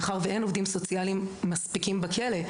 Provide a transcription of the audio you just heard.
מאחר שאין עובדים סוציאליים מספיקים בכלא.